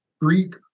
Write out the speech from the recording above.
Greek